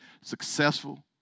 successful